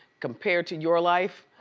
compared to your life,